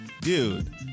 dude